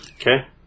Okay